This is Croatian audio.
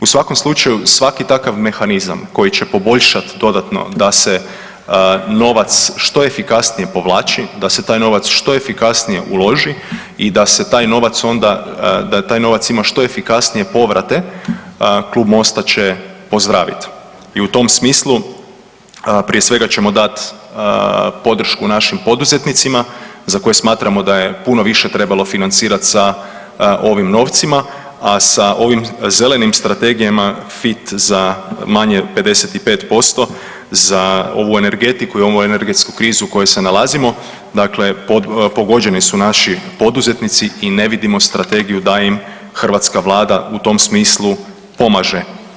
U svakom slučaju svaki takav mehanizam koji će poboljšati dodatno da se novac što efikasnije povlači, da se taj novac što efikasnije uloži i da se taj novac onda da taj novac ima što efikasnije povrate Klub Mosta će pozdraviti i u tom smislu prije svega ćemo dati podršku našim poduzetnicima za koje smatramo da je puno više trebalo financirati sa ovim novcima, a sa ovim zelenim strategijama FIT za manje 55% za ovu energetiku i ovu energetsku krizu u kojoj se nalazimo dakle pogođeni su naši poduzetnici i ne vidimo strategiju da im hrvatska Vlada u tom smislu pomaže.